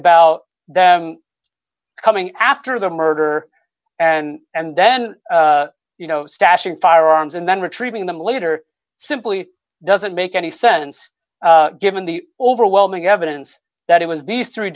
about them coming after the murder and and then you know stashing firearms and then retrieving them later simply doesn't make any sense given the overwhelming evidence that it was